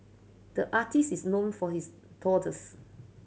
the artist is known for his doodles